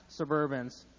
Suburbans